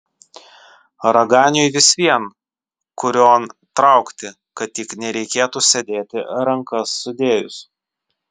raganiui vis vien kurion traukti kad tik nereikėtų sėdėti rankas sudėjus